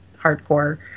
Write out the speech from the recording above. hardcore